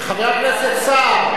חבר הכנסת סער,